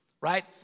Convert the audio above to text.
right